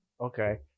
okay